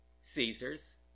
Caesar's